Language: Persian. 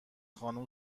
خانم